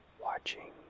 watching